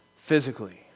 physically